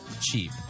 cheap